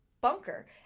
bunker